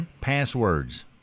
Passwords